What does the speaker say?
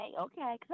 okay